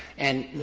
and